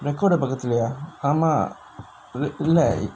recorder பக்கத்துலையே ஆமா இல்ல:pakkathulayae aamaa illa